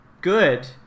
good